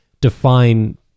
define